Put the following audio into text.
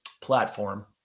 platform